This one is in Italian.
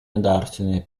andarsene